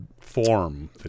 form